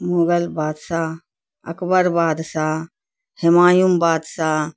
مغل بادشاہ اکبر بادشاہ ہمایوں بادشاہ